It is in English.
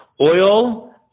Oil